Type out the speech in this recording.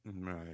Right